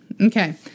Okay